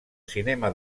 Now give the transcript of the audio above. cinema